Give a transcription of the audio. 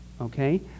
okay